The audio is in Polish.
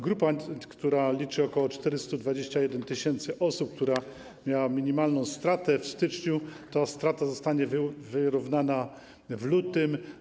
Grupa, która liczy ok. 421 tys. osób, która miała minimalną stratę w styczniu - ta strata zostanie wyrównana w lutym.